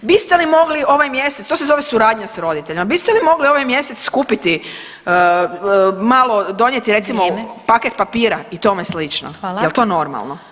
Biste li mogli ovaj mjesec, to se zove suradnja s roditeljima, biste li mogli ovaj mjesec kupiti, malo donijeti recimo paket papira i tome slično, jel' to normalno?